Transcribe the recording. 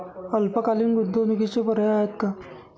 अल्पकालीन गुंतवणूकीचे पर्याय आहेत का?